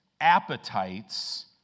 appetites